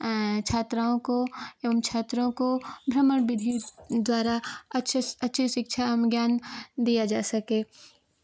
छात्राओं को एवं छात्रों को भ्रमण विधि द्वारा अच्छे से अच्छी शिक्षा एवं ज्ञान दिया जा सके